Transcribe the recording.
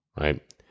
right